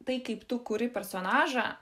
tai kaip tu kuri personažą